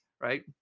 right